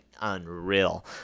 unreal